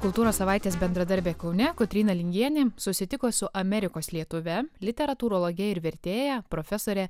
kultūros savaitės bendradarbė kaune kotryna lingienė susitiko su amerikos lietuve literatūrologe ir vertėja profesore